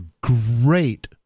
great